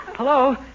Hello